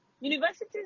universities